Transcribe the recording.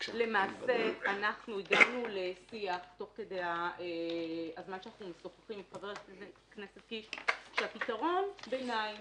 למעשה הגענו לשיח עם חבר הכנסת קיש שפתרון הביניים